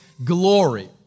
Glory